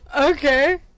okay